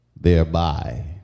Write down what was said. thereby